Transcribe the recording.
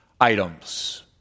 items